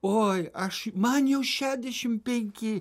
oi aš man jau šedešim penki